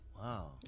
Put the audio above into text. Wow